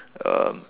um